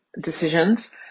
decisions